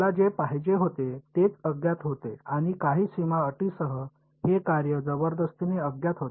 मला जे पाहिजे होते तेच अज्ञात होते आणि काही सीमा अटींसह हे कार्य जबरदस्तीने अज्ञात होते